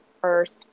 first